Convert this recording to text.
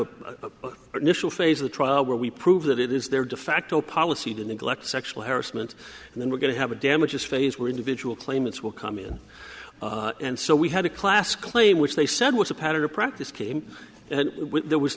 a national phase of the trial where we prove that it is their de facto policy to neglect sexual harassment and then we're going to have a damages phase where individual claimants will come in and so we had a class claim which they said was a pattern or practice came and there was